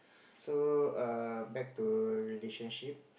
so err back to relationship